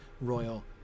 royal